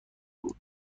بود